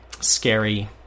scary